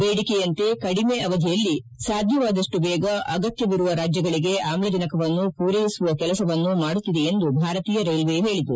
ಬೇಡಿಕೆಯಂತೆ ಕಡಿಮೆ ಅವಧಿಯಲ್ಲಿ ಸಾಧ್ಯವಾದಪ್ಟು ಬೇಗ ಅಗತ್ಯವಿರುವ ರಾಜ್ಯಗಳಿಗೆ ಆಮ್ಲಜನಕವನ್ನು ಪೂರೈಸುವ ಕೆಲಸವನ್ನು ಮಾಡುತ್ತಿದೆ ಎಂದು ಭಾರತೀಯ ರೈಲ್ವೆ ಹೇಳಿದೆ